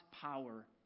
power